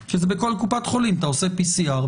כי בכל קופת חולים אתה עושה PCR,